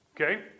Okay